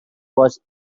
was